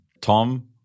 Tom